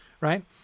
right